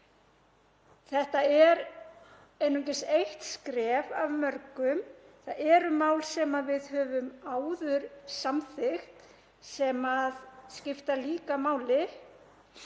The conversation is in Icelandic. Þetta er einungis eitt skref af mörgum. Það eru mál sem við höfum áður samþykkt sem skipta líka máli,